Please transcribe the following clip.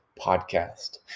podcast